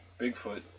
Bigfoot